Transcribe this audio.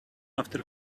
after